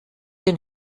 den